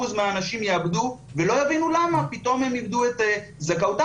מהאנשים יאבדו ולא יבינו למה פתאום הם איבדו את זכאותם.